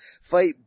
fight